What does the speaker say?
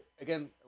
again